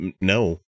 No